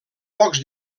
pocs